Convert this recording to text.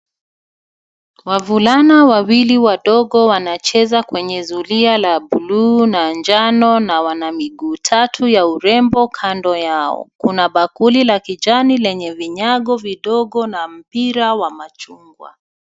Wavulana wawili wadogo wanacheza kwenye zulia la blue na njano na wana miguu tatu ya urembo kando yao. Kuna bakuli la kijani lenye vinyago vidogo na mpira wa machungwa.